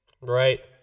Right